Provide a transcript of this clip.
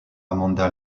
amanda